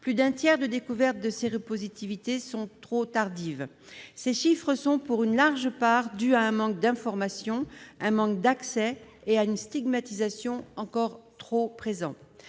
plus d'un tiers des découvertes de séropositivité sont trop tardives. Ces chiffres sont dus, pour une large part, à un manque d'information, à un manque d'accès et à une stigmatisation encore trop présente.